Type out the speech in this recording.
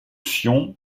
sion